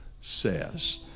says